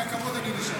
מהכבוד אני נשאר.